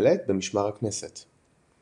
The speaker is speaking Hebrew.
להיקלט במשמר הכנסת.